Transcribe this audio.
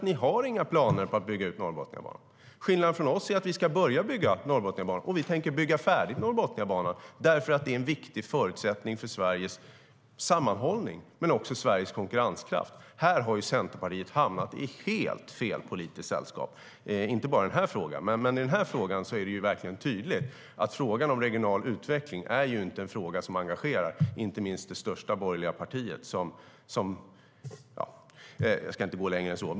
Ni har inga planer på att bygga ut Norrbotniabanan.Här har Centerpartiet hamnat i helt fel politiskt sällskap. Det gäller inte bara i den här frågan, men här är det verkligen tydligt att frågan om regional utveckling inte engagerar. Det gäller inte minst det största borgerliga partiet. Jag ska inte gå längre än så.